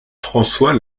françois